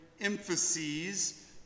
emphases